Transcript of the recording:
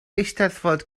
eisteddfod